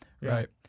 Right